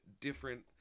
different